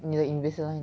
你的 Invisalign